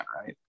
right